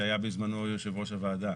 שהיה בזמנו יושב ראש הוועדה,